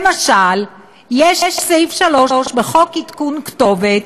למשל יש סעיף 3 בחוק עדכון כתובת,